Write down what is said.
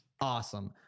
awesome